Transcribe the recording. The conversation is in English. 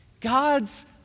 God's